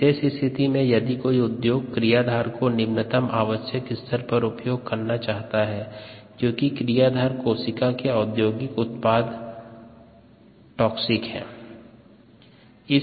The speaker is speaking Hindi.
विशेष स्थिति में यदि कोई उद्योग क्रियाधार को निम्नतम आवश्यक स्तर पर उपयोग करना चाहता है क्योंकि क्रियाधार कोशिका के औद्योगिक उत्पाद टॉक्सिक है